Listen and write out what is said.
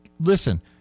Listen